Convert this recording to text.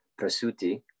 Prasuti